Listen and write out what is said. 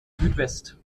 südwest